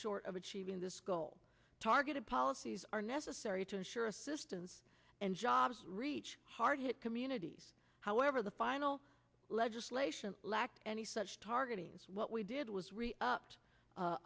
short of achieving this goal targeted policies are necessary to ensure assistance and jobs reach hard hit communities however the final legislation lacked any such targeting what we did was